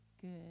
Good